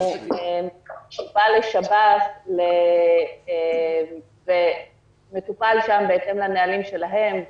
הוא מובא לשב"ס ומטופל שם בהתאם לנהלים שלהם.